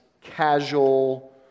casual